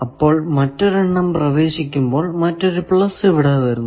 അപ്പോൾ മറ്റൊരെണ്ണം പ്രവേശിക്കുമ്പോൾ മറ്റൊരു പ്ലസ് ഇവിടെ വരുന്നു